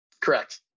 Correct